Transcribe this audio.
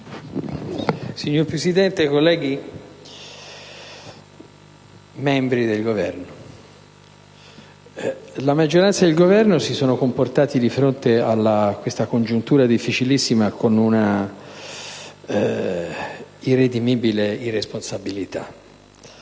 Signor Presidente, rappresentanti del Governo, colleghi, la maggioranza e il Governo si sono comportati di fronte a questa congiuntura difficilissima con un'irredimibile irresponsabilità: